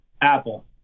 Apple